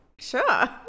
sure